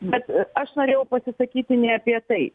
bet aš norėjau pasisakyti ne apie tai